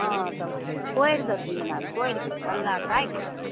हँ तऽ कोरि देथिन आ कोरि कऽ थल्ला काटि कऽ